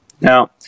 Now